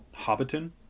hobbiton